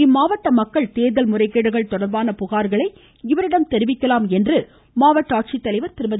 இம்மாவட்ட மக்கள் தோதல் முறைகேடுகள் தொடர்பான புகார்களை இவரிடம் தெரிவிக்கலாம் என்று மாவட்ட ஆட்சித்தலைவர் திருமதி